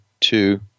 two